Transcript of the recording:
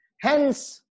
Hence